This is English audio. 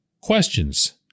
questions